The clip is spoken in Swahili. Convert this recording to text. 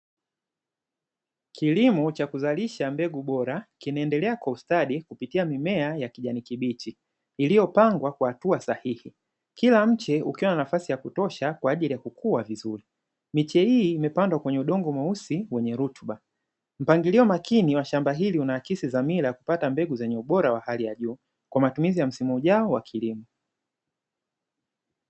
Kilimo cha kuzalisha mbegu bora, kinaendelea kwa ustadi kupitia mimea ya kijani kibichi iliyopangwa kwa hatua sahihi, kila mche ukiwa na nafasi ya kutosha kwa ajili ya kukua vizuri, miche hii imepandwa kwenye udongo mweusi wenye rutuba. Mpangilio makini wa shamba hili unaakisi dhamira ya kupata mbegu zenye ubora wa hali ya juu kwa matumizi ya msimu ujao wa kilimo.